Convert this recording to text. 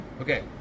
Okay